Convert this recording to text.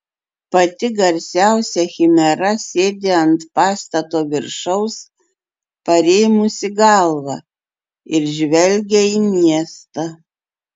pati garsiausia chimera sėdi ant pastato viršaus parėmusi galvą ir žvelgia į miestą